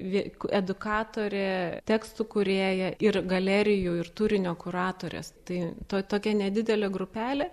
veik edukatorė tekstų kūrėja ir galerijų ir turinio kuratorės tai to tokia nedidelė grupelė